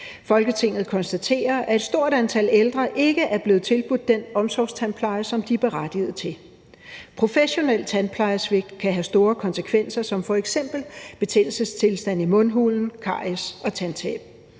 Folketinget konstaterer, at et stort antal ældre ikke er blevet tilbudt den omsorgstandpleje, som de er berettiget til. Professionel tandplejesvigt kan have store konsekvenser, som f.eks. betændelsestilstand i mundhulen, caries og tandtab.